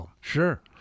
Sure